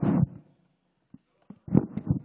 בבקשה,